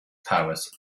powers